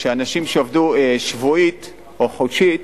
אנשים שעבדו שבועית או חודשית,